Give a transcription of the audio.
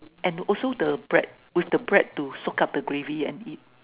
and also the bread with the bread to soak up the gravy and eat